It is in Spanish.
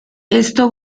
esto